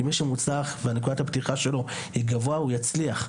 כי מי שנקודת הפתיחה שלו היא גבוהה הוא יצליח.